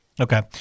Okay